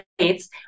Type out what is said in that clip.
states